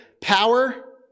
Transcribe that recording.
power